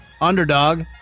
underdog